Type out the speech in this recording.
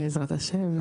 בעזרת השם.